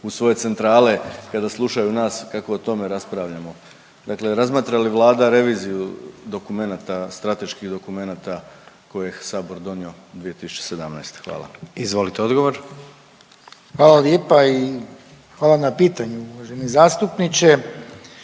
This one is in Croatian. u svoje centrale kada slušaju nas kako o tome raspravljamo. Dakle, razmatra li Vlada reviziju dokumenata, strateških dokumenata koje je sabor donio 2017.? Hvala. **Jandroković, Gordan (HDZ)** Izvolite